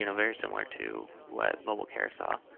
you know very similar to what mobile care saw.